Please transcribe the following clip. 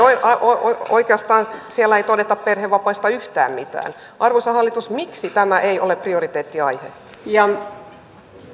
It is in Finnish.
oikeastaan siellä ei todeta perhevapaista yhtään mitään arvoisa hallitus miksi tämä ei ole prioriteettiaihe